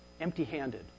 Empty-handed